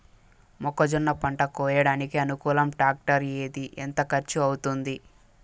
మొక్కజొన్న పంట కోయడానికి అనుకూలం టాక్టర్ ఏది? ఎంత ఖర్చు అవుతుంది?